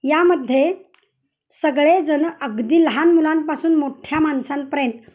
यामध्ये सगळेजणं अगदी लहान मुलांपासून मोठ्ठ्या माणसांपर्यंत